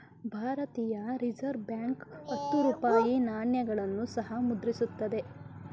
ಭಾರತೀಯ Reserve Bank ಹತ್ತು ರೂಪಾಯಿ ನಾಣ್ಯಗಳನ್ನು ಸಹ ಮುದ್ರಿಸುತ್ತಿದೆ